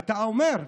אתה אומר,